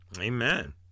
Amen